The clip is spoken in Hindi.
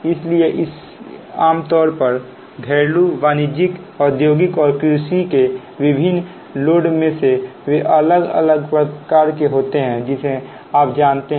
इसलिए इसलिए आम तौर पर घरेलू वाणिज्यिक औद्योगिक और कृषि के विभिन्न लोड में से वे अलग अलग प्रकार के होते हैं जिन्हें आप जानते हैं